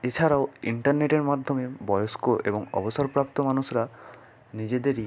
এছাড়াও ইন্টারনেটের মাধ্যমে বয়স্ক এবং অবসরপ্রাপ্ত মানুষরা নিজেদেরই